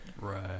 Right